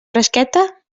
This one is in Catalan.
fresqueta